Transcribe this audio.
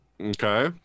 Okay